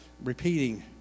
Repeating